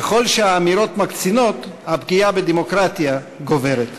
ככל שהאמירות מקצינות, הפגיעה בדמוקרטיה גוברת.